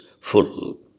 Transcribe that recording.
full